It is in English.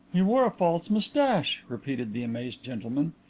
he wore a false moustache! repeated the amazed gentleman.